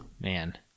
Man